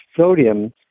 sodium